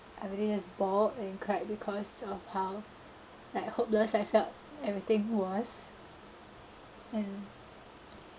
I really just bawled and cried because of how like hopeless I felt everything was and